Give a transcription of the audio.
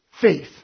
faith